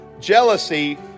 Jealousy